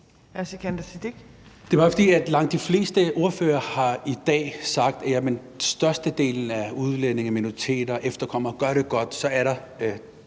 er bare, fordi langt de fleste ordførere i dag har sagt, at størstedelen af udlændinge, minoriteter, efterkommere gør det godt, og så er der